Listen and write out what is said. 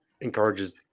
encourages